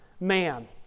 man